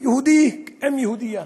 יהודי עם יהודייה,